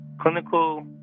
clinical